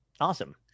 Awesome